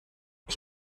ich